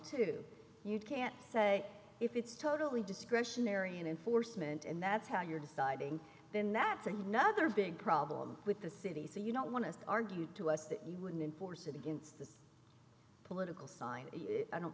too you can't say if it's totally discretionary and enforcement and that's how you're deciding then that sing another big problem with the city so you don't want to argue to us that we wouldn't force against the political sign d i don't